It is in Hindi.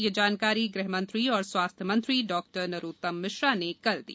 यह जानकारी गृहमंत्री एवं स्वास्थ मंत्री डॉ नरोत्तम मिश्रा ने कल दी